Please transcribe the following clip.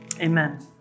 Amen